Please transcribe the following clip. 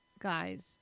guys